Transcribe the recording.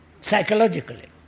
psychologically